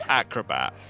acrobat